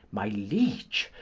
my liege,